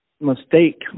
mistake